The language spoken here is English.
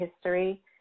history